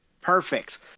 perfect